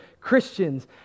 Christians